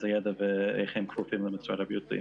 הידע ואיך הם כפופים למשרד הבריאות.